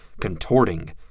contorting